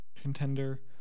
contender